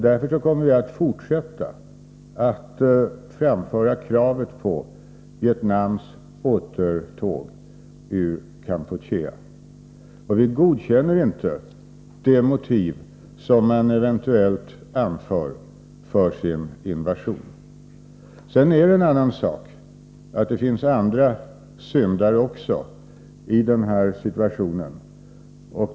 Därför kommer vi att fortsätta att framföra kravet på Vietnams återtåg ur Kampuchea. Vi godkänner inte de motiv som man eventuellt anför för sin invasion. En annan sak är att det också finns andra syndare i den här situationen.